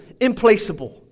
Implaceable